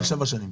של שבע שנים.